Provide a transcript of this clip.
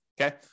okay